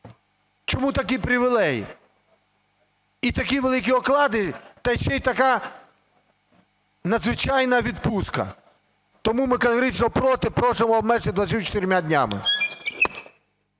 Чому такі привілеї і такі великі оклади та й ще така надзвичайна відпустка? Тому ми категорично проти, просимо обмежити 24 днями.